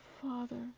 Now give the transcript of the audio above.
father